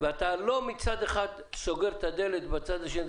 ואתה לא מצד אחד סוגר את הדלת בצד השני,